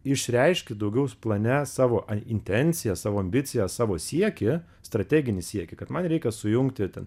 išreiški daugiau plane savo intenciją savo ambiciją savo siekį strateginį siekį kad man reikia sujungti